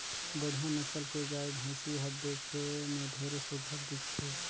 बड़िहा नसल के गाय, भइसी हर देखे में ढेरे सुग्घर दिखथे